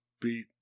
beat